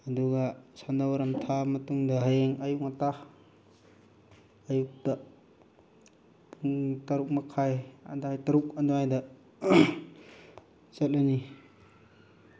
ꯑꯗꯨꯒ ꯁꯟꯙꯥ ꯋꯥꯏꯔꯝ ꯊꯥꯛꯑ ꯃꯇꯨꯡꯗ ꯍꯌꯦꯡ ꯑꯌꯨꯛ ꯉꯟꯇꯥ ꯑꯌꯨꯛꯇ ꯄꯨꯡ ꯇꯔꯨꯛ ꯃꯈꯥꯏ ꯑꯗꯥꯏ ꯇꯔꯨꯛ ꯑꯗ꯭ꯋꯥꯏꯗ ꯆꯠꯂꯅꯤ